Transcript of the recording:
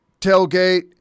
tailgate